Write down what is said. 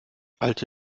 alte